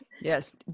Yes